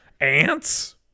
ants